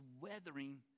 weathering